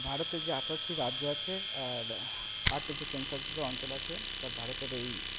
ভারতে যে আঠাশটি রাজ্য আছে আর আটটি যে কেন্দ্রশাসিত অঞ্চল আছে তা ভারতের এই